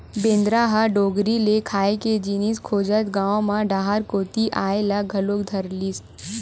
बेंदरा ह डोगरी ले खाए के जिनिस खोजत गाँव म डहर कोती अये ल घलोक धरलिस